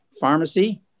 pharmacy